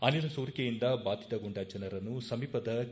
ಅನಿಲ ಸೋರಿಕೆಯಿಂದ ಬಾಧಿತಗೊಂಡ ಜನರನ್ನು ಸಮೀಪದ ಕೆ